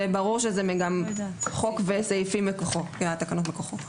זה ברור שזה גם חוק וסעיפים מכוחו, התקנות מכוחו.